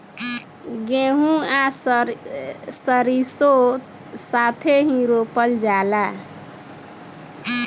गेंहू आ सरीसों साथेही रोपल जाला